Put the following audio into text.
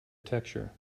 texture